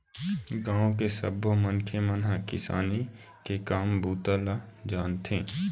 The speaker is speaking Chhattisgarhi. गाँव के सब्बो मनखे मन किसानी के काम बूता ल जानथे